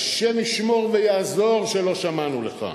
השם ישמור ויעזור שלא שמענו לך.